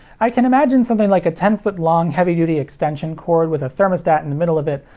i can imagine something like a ten foot long heavy-duty extension cord with a thermostat in the middle of it,